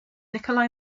nikolai